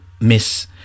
miss